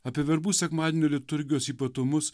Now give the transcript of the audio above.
apie verbų sekmadienio liturgijos ypatumus